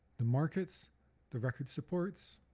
the markets the record supports,